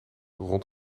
rond